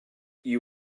you